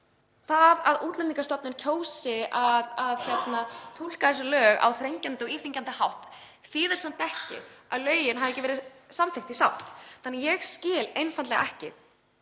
Það að Útlendingastofnun kjósi að túlka lögin á þröngan og íþyngjandi hátt þýðir samt ekki að lögin hafi ekki verið samþykkt í sátt. Ég skil einfaldlega ekki